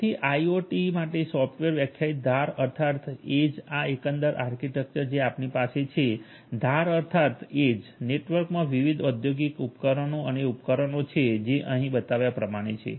તેથી આઇઓઓટી માટે સોફ્ટવેર વ્યાખ્યાયિત ધાર અર્થાત એજ આ એકંદર આર્કિટેક્ચર જે આપણી પાસે છે ધાર અર્થાત એજ નેટવર્કમાં વિવિધ ઔદ્યોગિક ઉપકરણો અને ઉપકરણો છે જે અહીં બતાવ્યા પ્રમાણે છે